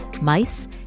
mice